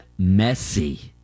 Messi